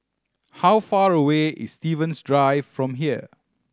how far away is Stevens Drive from here